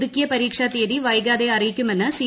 പുതുക്കിയു പ്പർപ്പക്ഷാ തീയതി വൈകാതെ അറിയിക്കുമെന്ന് സി